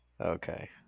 Okay